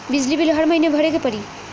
बिजली बिल हर महीना भरे के पड़ी?